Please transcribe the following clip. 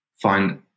find